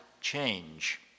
change